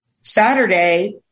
Saturday